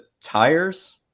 tires